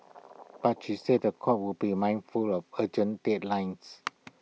but he said The Court would be mindful of urgent deadlines